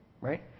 Right